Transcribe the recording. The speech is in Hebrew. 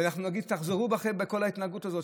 ואנחנו נגיד: תחזרו בכם מכל ההתנהגות הזאת.